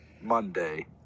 monday